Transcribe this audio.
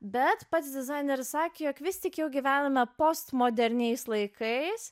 bet pats dizaineris sakė jog vis tik jau gyvename postmoderniais laikais